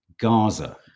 Gaza